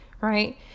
right